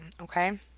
okay